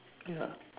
ya